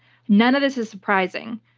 none of this is surprising,